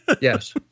Yes